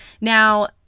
Now